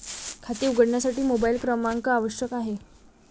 खाते उघडण्यासाठी मोबाइल क्रमांक आवश्यक आहे